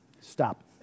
stop